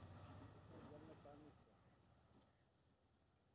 समाजिक काम करें खातिर केतना योग्यता होके चाही?